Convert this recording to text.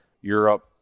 europe